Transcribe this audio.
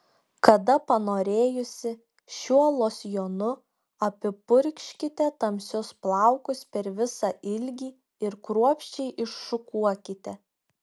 kada panorėjusi šiuo losjonu apipurkškite tamsius plaukus per visą ilgį ir kruopščiai iššukuokite